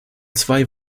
zwei